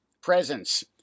presence